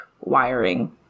wiring